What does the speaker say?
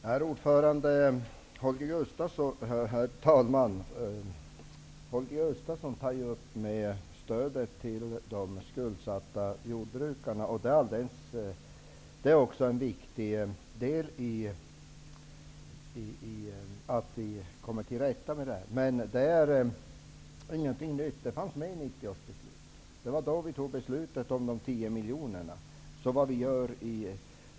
Herr talman! Holger Gustafsson tar upp frågan om stödet till de skuldsatta jordbrukarna. Detta stöd har stor betydelse för att vi skall komma till rätta med situationen. Det är dock ingenting nytt utan fanns med i 1990 års beslut. Det var då vi fattade beslutet om de tio miljoner kronorna.